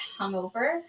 hungover